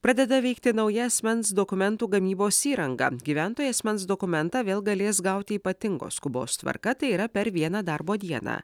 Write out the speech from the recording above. pradeda veikti nauja asmens dokumentų gamybos įranga gyventojai asmens dokumentą vėl galės gauti ypatingos skubos tvarka tai yra per vieną darbo dieną